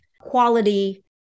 quality